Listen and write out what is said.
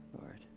Lord